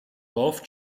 both